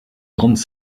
grandes